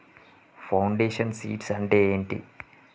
Foundation seeds అంటే ఏంటి?